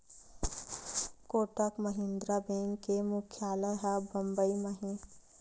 Kotak Mahindra bank के मुख्यालय ह बंबई म हे